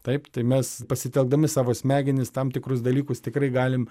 taip tai mes pasitelkdami savo smegenis tam tikrus dalykus tikrai galim